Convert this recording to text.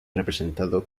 representado